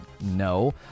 No